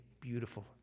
beautiful